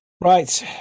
right